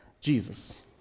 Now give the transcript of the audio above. Jesus